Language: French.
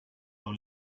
dans